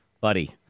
buddy